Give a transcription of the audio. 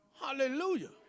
Hallelujah